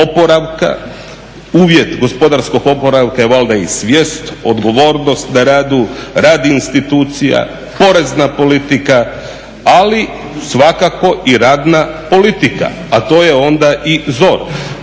uvjet gospodarskog oporavka je valjda i svijest, odgovornost na radu, rad institucija, porezna politika ali svakako i radna politika a to je onda i ZOR.